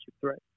threat